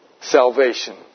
salvation